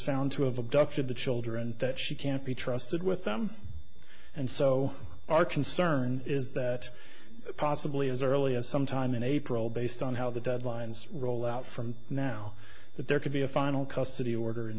found to have abducted the children that she can't be trusted with them and so our concern is that possibly as early as sometime in april based on how the deadlines roll out from now that there could be a final custody order in